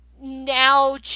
now